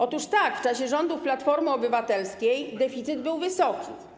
Otóż tak, w czasie rządów Platformy Obywatelskiej deficyt był wysoki.